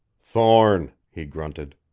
thorne, he grunted.